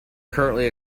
currently